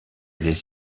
des